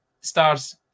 Stars